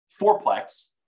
fourplex